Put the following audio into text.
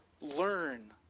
Learn